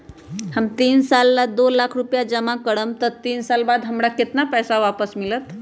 हम तीन साल ला दो लाख रूपैया जमा करम त तीन साल बाद हमरा केतना पैसा वापस मिलत?